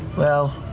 well,